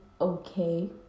okay